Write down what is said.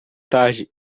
tarde